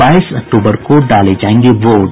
बाईस अक्टूबर को डाले जायेंगे वोट